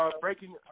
Breaking